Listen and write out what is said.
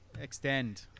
extend